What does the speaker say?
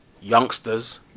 youngsters